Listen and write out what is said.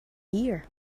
year